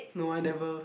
no I never